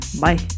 Bye